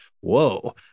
whoa